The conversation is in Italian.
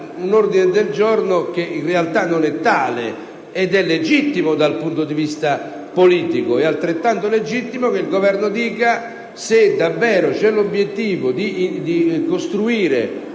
un ordine del giorno che in realtà non è tale. Ciò è legittimo dal punto di vista politico ma è altrettanto legittimo che il Governo affermi che, se davvero c'è l'obiettivo di costruire